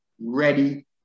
ready